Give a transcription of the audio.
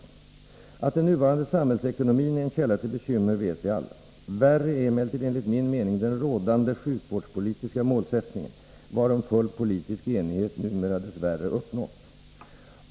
Att den nuvarande samhällsekonomin är en källa till bekymmer vet vi alla. Värre är emellertid enligt min mening den rådande sjukvårdspolitiska målsättningen varom full politisk enighet numera dessvärre uppnåtts.